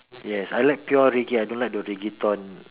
yes I like pure reggae I don't like the reggaeton